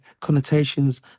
connotations